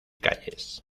calles